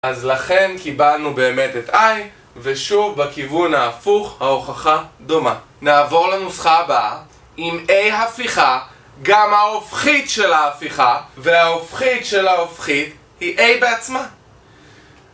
אז לכן קיבלנו באמת את I, ושוב בכיוון ההפוך, ההוכחה דומה. נעבור לנוסחה הבאה, עם A הפיכה, גם ההופכית של ההפיכה, וההופכית של ההופכית, היא A בעצמה.